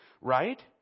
right